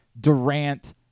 Durant